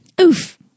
Oof